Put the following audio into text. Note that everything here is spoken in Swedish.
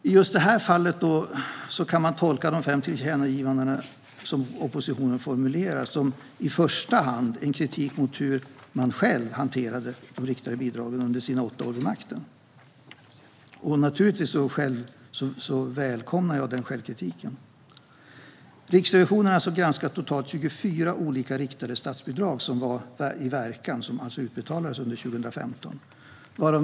I just det här fallet kan man tolka de fem tillkännagivanden som oppositionen formulerar som i första hand en kritik mot hur Alliansen själv hanterade de riktade bidragen under sina åtta år vid makten. Jag välkomnar naturligtvis den självkritiken. Riksrevisionen har granskat totalt 24 olika riktade statsbidrag som var i verkan, alltså utbetalades, under 2015.